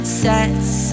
sets